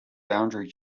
boundary